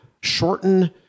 shorten